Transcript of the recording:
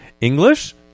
English